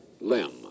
LEM